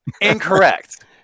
incorrect